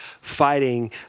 fighting